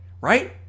right